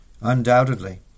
Undoubtedly